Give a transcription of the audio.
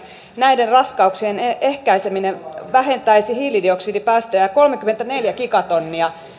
näiden raskauksien ehkäiseminen vähentäisi hiilidioksidipäästöjä kolmekymmentäneljä gigatonnia